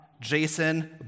Jason